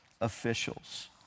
officials